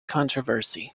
controversy